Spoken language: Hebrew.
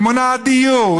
היא מונעת דיור,